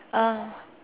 uh